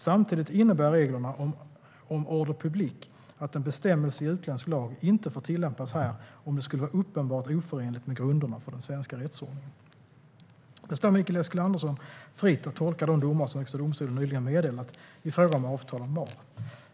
Samtidigt innebär reglerna om ordre public att en bestämmelse i utländsk lag inte får tillämpas här om det skulle vara uppenbart oförenligt med grunderna för den svenska rättsordningen. Det står Mikael Eskilandersson fritt att tolka de domar som Högsta domstolen nyligen meddelat i fråga om avtal om mahr.